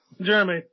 Jeremy